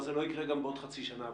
הוא לא יקרה גם בעוד חצי שנה.